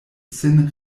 sin